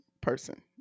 person